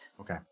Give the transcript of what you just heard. Okay